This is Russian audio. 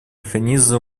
механизм